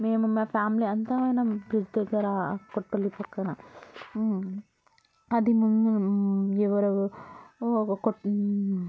మేము మా ఫ్యామిలీ అంతా పోయినం బ్రిడ్జి దగ్గర కొప్పలి దగ్గర అది ఎవరో ఒక